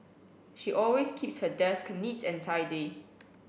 she always keeps her desk neat and tidy